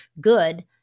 good